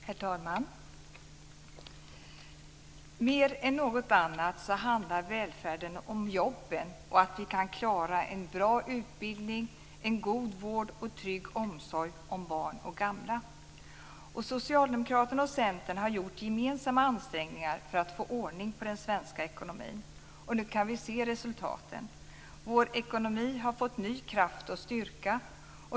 Herr talman! Mer än något annat handlar välfärden om jobben och att vi kan klara en bra utbildning, en god vård och en trygg omsorg om barn och gamla. Socialdemokraterna och Centern har gjort gemensamma ansträngningar för att få ordning på den svenska ekonomin. Nu kan vi se resultaten. Vår ekonomi har fått ny kraft och styrka.